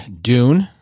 Dune